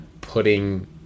putting